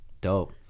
Dope